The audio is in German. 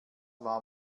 war